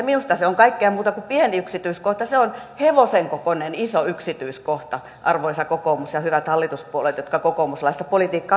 minusta se on kaikkea muuta kuin pieni yksityiskohta se on hevosen kokoinen iso yksityiskohta arvoisa kokoomus ja hyvät hallituspuolueet jotka kokoomuslaista politiikkaa nyt noudatatte